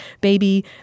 baby